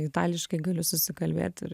itališkai galiu susikalbėt ir